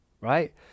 right